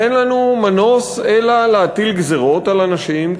ואין לנו מנוס מלהטיל גזירות על אנשים,